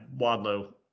Wadlow